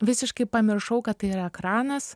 visiškai pamiršau kad tai yra ekranas